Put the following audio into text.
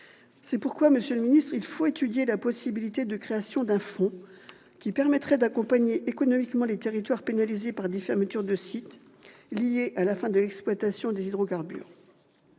C'est pourquoi, monsieur le ministre d'État, il faut étudier la possibilité de créer un fonds permettant d'accompagner économiquement les territoires pénalisés par la fermeture de sites liée à la fin de l'exploitation des hydrocarbures.